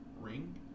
ring